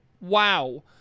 wow